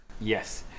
yes